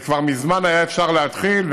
וכבר מזמן היה אפשר להתחיל,